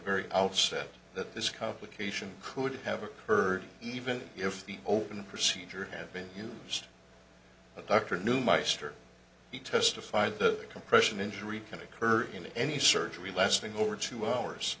very outset that this complication could have occurred even if the open procedure had been used the doctor knew meister he testified that compression injury can occur in any surgery lasting over two hours